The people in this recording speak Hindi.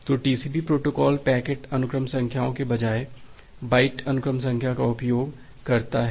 तो टीसीपी प्रोटोकॉल पैकेट अनुक्रम संख्याओं के बजाय बाइट अनुक्रम संख्या का उपयोग करता है